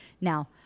Now